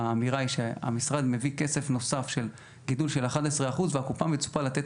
האמירה היא שהמשרד מביא כסף נוסף של גידול של 11% והקופה מצופה לתת